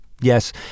Yes